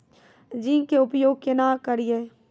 Zinc के उपयोग केना करये?